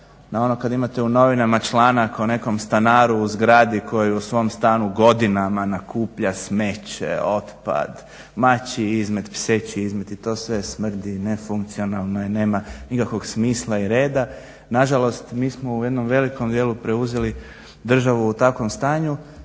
kad imate u novinama članak o nekom stanaru u zgradi koji u svom stanu godinama nakuplja smeće, otpad, mačji izmet, pseći izmet i to sve smrdi, nefunkcionalno je, nema nikakvog smisla i reda. Nažalost, mi smo u jednom velikom dijelu preuzeli državu u takvom stanju,